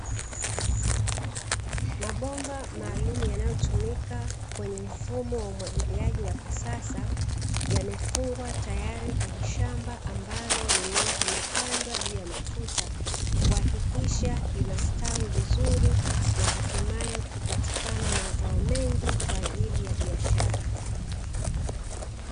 Mabomba maalumu yanayotumika kwenye mfumo wa umwagiliaji wa kisasa, yamefungwa tayari kwenye shamba ambalo mimea imepandwa juu ya matuta kuhakikisha inastawi vizuri na hatimaye kupatikana mazao mengi kwa ajili ya biashara.